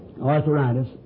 arthritis